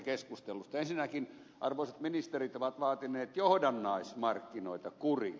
ensinnäkin arvoisat ministerit ovat vaatineet johdannaismarkkinoita kuriin